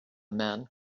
men